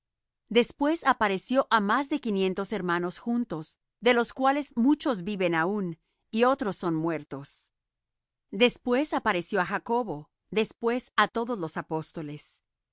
después apareció á más de quinientos hermanos juntos de los cuales muchos viven aún y otros son muertos después apareció á jacobo después á todos los apóstoles